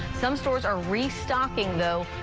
some stores are restocking, though,